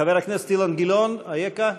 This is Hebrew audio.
חבר הכנסת אילן גילאון, אייכה?